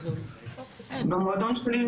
במועדון שלי,